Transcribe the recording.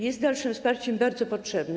Jest dalszym wsparciem bardzo potrzebnym.